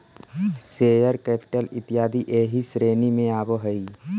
share capital इत्यादि एही श्रेणी में आवऽ हई